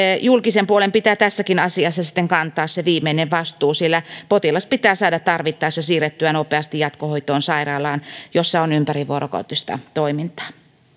julkisen puolen pitää tässäkin asiassa sitten kantaa se viimeinen vastuu sillä potilas pitää saada tarvittaessa siirrettyä nopeasti jatkohoitoon sairaalaan jossa on ympärivuorokautista toimintaa